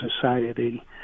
society